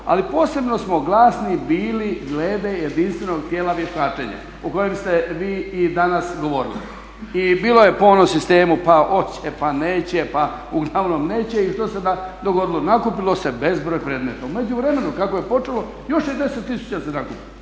Ali posebno smo glasni bili glede jedinstvenog tijela vještačenja o kojem ste vi i danas govorili i bilo je po onom sistemu pa hoće pa neće, pa uglavnom neće i što se dogodilo, nakupilo se bezbroj predmeta. U međuvremenu kako je počelo još je 10 000 se nakupilo,